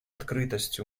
открытость